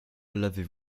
l’avez